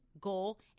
goal